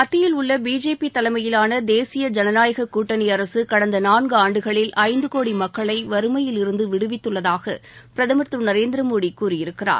மத்தியில் உள்ள பிஜேபி தலைமையிலான தேசிய ஜனநாயக கூட்டணி அரக கடந்த நான்காண்டுகளில் ஐந்து கோடி மக்களை வறுமையிலிருந்து விடுவித்துள்ளதாக பிரதமர் திரு நரேந்திர மோடி கூறியிருக்கிறார்